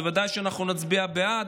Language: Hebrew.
בוודאי שאנחנו נצביע בעד.